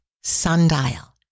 sundial